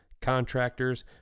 contractors